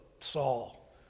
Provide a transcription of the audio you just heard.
Saul